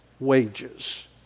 Wages